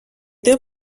deux